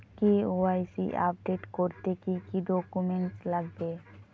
KYC update করতে কি কি ডকুমেন্টস লাগবে?